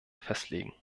festlegen